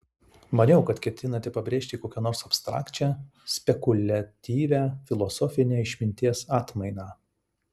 maniau kad ketinate pabrėžti kokią nors abstrakčią spekuliatyvią filosofinę išminties atmainą